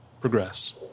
progress